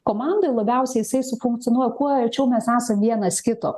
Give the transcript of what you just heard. komandoj labiausiai jisai sufunkcionuoja kuo arčiau mes esam vienas kito